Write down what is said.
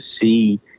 see